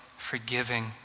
forgiving